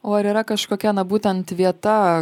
o ar yra kažkokia na būtent vieta